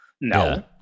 No